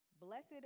blessed